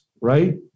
right